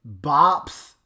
bops